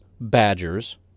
Badgers